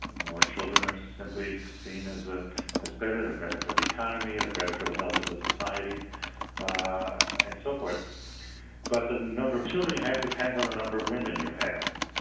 more children are simply seen as ah as better, and better for the economy and better for the health of the society and so forth but the number of children you have depends on a number of women you have,